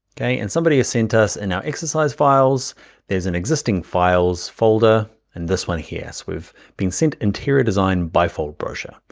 okay, and somebody has sent us in our exercise files there's an existing files folder and this one here, so we've been sent interior design bifold brochure.